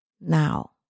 now